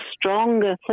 stronger